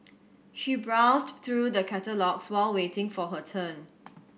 she browsed through the catalogues while waiting for her turn